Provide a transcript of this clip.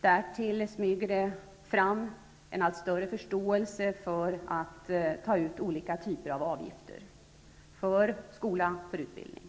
Därtill smyger det fram en allt större förståelse för att olika typer av avgifter skall tas ut för skola och utbildning.